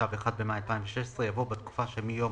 התשע"ו (1 במאי 2016)" יבוא "בתקופה שמיום